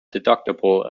deductible